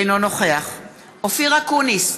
אינו נוכח אופיר אקוניס,